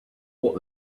what